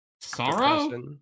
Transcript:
sorrow